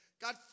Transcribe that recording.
God